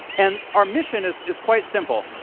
and our mission is is quite simple.